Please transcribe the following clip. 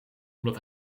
omdat